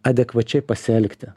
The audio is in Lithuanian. adekvačiai pasielgti